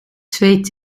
zweet